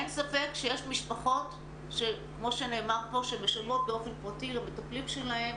אין ספק שיש משפחות שכמו שנאמר פה שמשלמות באופן פרטי למטפלים שלהם,